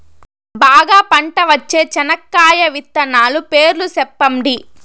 బాగా పంట వచ్చే చెనక్కాయ విత్తనాలు పేర్లు సెప్పండి?